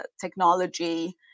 technology